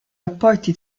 rapporti